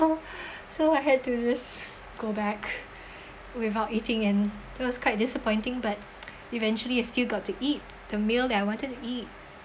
so I had to just go back without eating and it was quite disappointing but eventually I still got to eat the meal that I wanted to eat